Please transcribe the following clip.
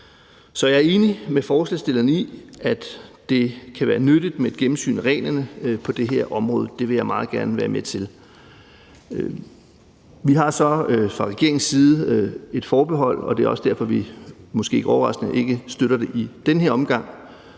Så jeg er enig med forslagsstillerne i, at det kan være nyttigt med et gennemsyn af reglerne på det her område. Det vil jeg meget gerne være med til. Vi har så fra regeringens side et forbehold, og det er også derfor, vi måske ikke overraskende ikke støtter det i den her omgang.